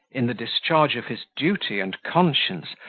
in the discharge of his duty and conscience,